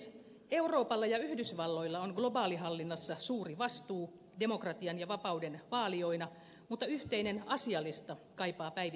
euroopalla ja yhdysvalloilla on globaalihallinnassa suuri vastuu demokratian ja vapauden vaalijoina mutta yhteinen asialista kaipaa päivittämistä